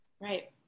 Right